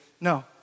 No